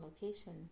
location